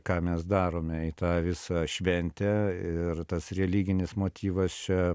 ką mes darome į tą visą šventę ir tas religinis motyvas čia